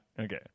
Okay